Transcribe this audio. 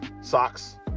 socks